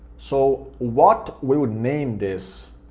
so what we would name this,